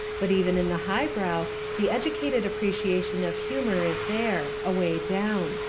but even in the highbrow the educated appreciation of humour is there away down.